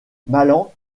malan